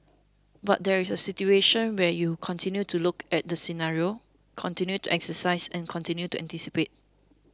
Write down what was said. but there is a situation where you continue to look at the scenarios continue to exercise and continue to anticipate